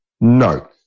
no